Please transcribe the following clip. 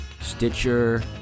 Stitcher